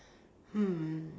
hmm